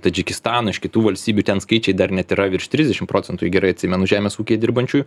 tadžikistano iš kitų valstybių ten skaičiai dar net yra virš trisdešim procentų jei gerai atsimenu žemės ūkyje dirbančių